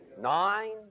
nine